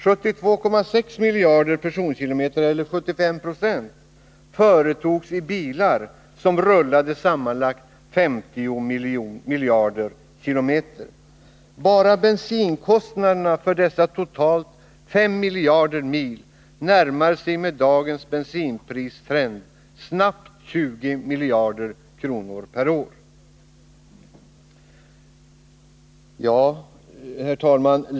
72,6 miljarder personkilometer eller 75 96 företogs i bilar som rullade sammanlagt 50 miljarder kilometer. Bara bensinkostnaderna för dessa totalt 5 miljarder mil närmar sig med dagens bensinpristrend snabbt 20 miljarder kronor per år. Herr talman!